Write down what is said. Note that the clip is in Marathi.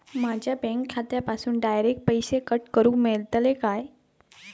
माझ्या बँक खात्यासून डायरेक्ट पैसे कट करूक मेलतले काय?